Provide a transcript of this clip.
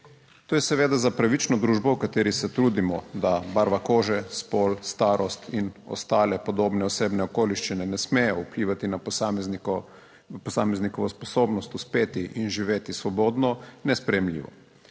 To je seveda za pravično družbo, v kateri se trudimo, da barva kože, spol, starost in ostale podobne osebne okoliščine ne smejo vplivati na posameznikovo, posameznikovo sposobnost uspeti in živeti svobodno, nesprejemljivo.